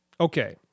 Okay